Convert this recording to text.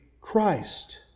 Christ